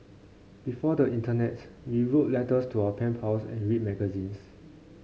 before the internet we wrote letters to our pen pals and read magazines